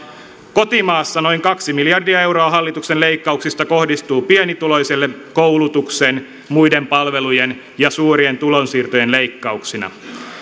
kotimaassa noin kaksi miljardia euroa hallituksen leikkauksista kohdistuu pienituloisille koulutuksen muiden palvelujen ja suurien tulonsiirtojen leikkauksina